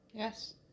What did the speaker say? Yes